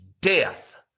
death